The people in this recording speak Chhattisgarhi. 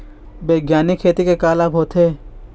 बैग्यानिक खेती के का लाभ होथे?